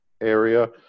area